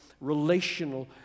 relational